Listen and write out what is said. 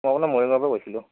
মই আপোনাৰ মৰিগাঁওৰ পৰা কৈছিলোঁ